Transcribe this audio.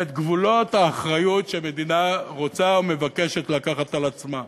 את גבולות האחריות שמדינה רוצה ומבקשת לקחת על עצמה.